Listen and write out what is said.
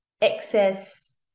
excess